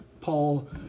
Paul